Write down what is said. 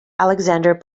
alexander